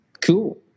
cool